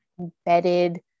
embedded